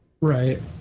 right